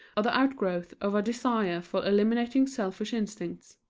are the outgrowth of a desire for eliminating selfish instincts.